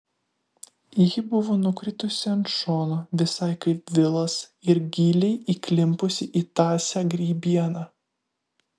ji buvo nukritusi ant šono visai kaip vilas ir giliai įklimpusi į tąsią grybieną